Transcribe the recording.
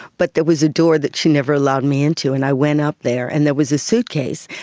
but there was a door that she never allowed me into and i went up there and there was a suitcase,